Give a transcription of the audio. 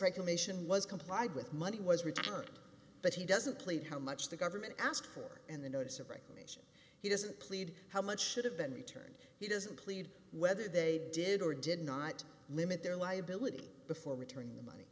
proclamation was complied with money was returned but he doesn't plate how much the government asked for and the notice of regulation he doesn't plead how much should have been returned he doesn't plead whether they did or did not limit their liability before returning the money